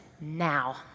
now